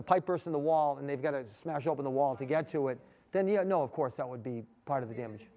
in the wall and they've got to smash open the wall to get to it then you know of course that would be part of the damage